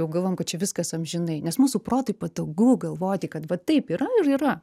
jau galvojom kad čia viskas amžinai nes mūsų protui patogu galvoti kad va taip yra ir yra